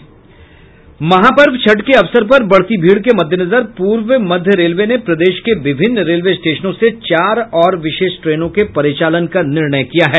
महापर्व छठ के अवसर पर बढ़ती भीड़ के मद्देनजर पूर्व मध्य रेलवे ने प्रदेश के विभिन्न रेलवे स्टेशनों से चार और विशेष ट्रेनों के परिचालन का फैसला किया है